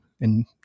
And-